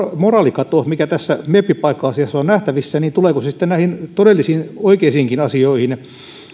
moraalikato mikä tässä meppipaikka asiassa on nähtävissä sitten näihin todellisiin oikeisiinkin asioihin